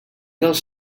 dels